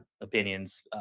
opinions